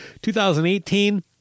2018